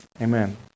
Amen